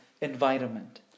environment